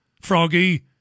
Froggy